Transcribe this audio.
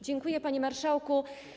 Dziękuję, panie marszałku.